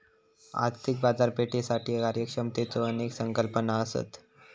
आर्थिक बाजारपेठेसाठी कार्यक्षमतेच्यो अनेक संकल्पना असत